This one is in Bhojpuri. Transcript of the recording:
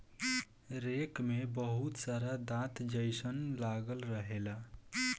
रेक में बहुत सारा दांत जइसन लागल रहेला